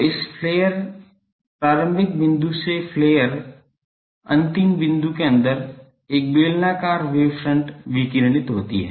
तो इस फ्लेयर प्रारंभिक बिंदु से फ्लेयर अंतिम बिंदु के अंदर एक बेलनाकार वेव फ्रंट विकिरणित होती है